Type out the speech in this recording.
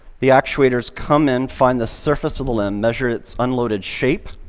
the actuators come in, find the surface of the limb, measure its unloaded shape,